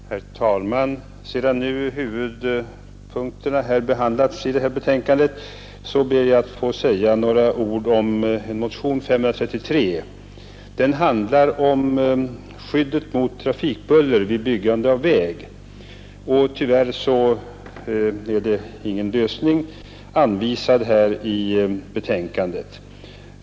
Herr talman! Sedan nu huvudpunkterna i betänkandet behandlats ber jag att få säga några ord om motionen 533, som handlar om skydd mot trafikbuller vid byggande av väg.